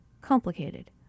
complicated